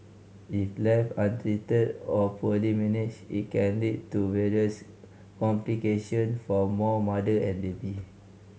if left untreated or poorly managed it can lead to various complication for both mother and baby